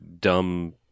dumb